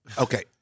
okay